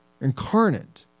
incarnate